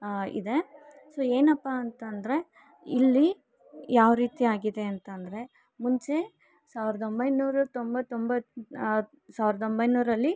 ಇದೆ ಸೊ ಏನಪ್ಪಾ ಅಂತಂದರೆ ಇಲ್ಲಿ ಯಾವರೀತಿ ಆಗಿದೆ ಅಂತಂದರೆ ಮುಂಚೆ ಸಾವಿರದ ಒಂಬೈನೂರ ತೊಂಬತ್ತೊಂಬತ್ತು ಸಾವಿರದ ಒಂಬೈನೂರಲ್ಲಿ